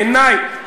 בעיני,